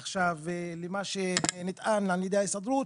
עכשיו, מה שנטען על ידי ההסתדרות,